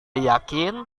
yakin